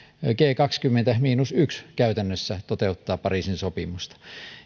g kaksikymmentä miinus yksi käytännössä toteuttavat pariisin sopimusta